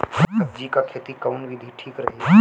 सब्जी क खेती कऊन विधि ठीक रही?